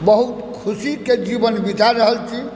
बहुत ख़ुशीके जीवन बिता रहल छी